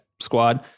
squad